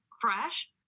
fresh